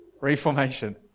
Reformation